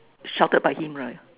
shouted by him right